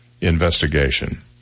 investigation